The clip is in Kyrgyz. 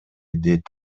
дейт